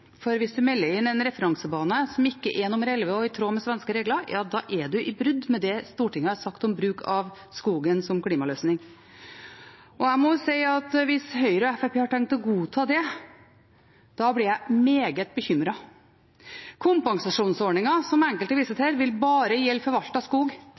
for hvis man melder inn en referansebane som ikke er nummer 11 og i tråd med svenske regler, er man i brudd med det Stortinget har sagt om bruk av skogen som klimaløsning. Jeg må si at hvis Høyre og Fremskrittspartiet har tenkt å godta det, blir jeg meget bekymret. Kompensasjonsordningen som enkelte viser til her, vil bare gjelde forvaltet skog,